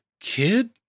Kid